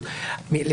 הייתה התנגדות.